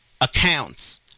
accounts